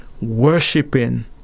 worshipping